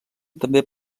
també